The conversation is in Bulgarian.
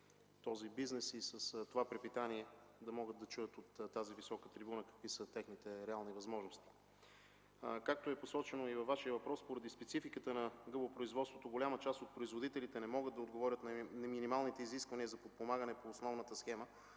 този бизнес и с това препитание, да чуят от тази висока трибуна какви са техните реални възможности. Както е посочено и във Вашия въпрос, поради спецификата на гъбопроизводството голяма част от производителите не могат да отговорят на минималните изисквания за подпомагане по основната схема